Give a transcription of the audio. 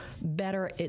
better